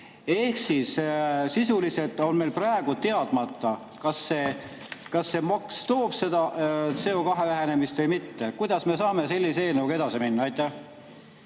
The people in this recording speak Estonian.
Ehk sisuliselt on meil praegu teadmata, kas see maks toob kaasa CO2vähenemist või mitte. Kuidas me saame sellise eelnõuga edasi minna? Aitäh,